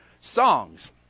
songs